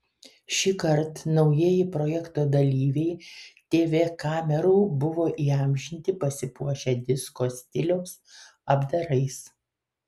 šįkart naujieji projekto dalyviai tv kamerų buvo įamžinti pasipuošę disko stiliaus apdarais